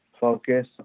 focus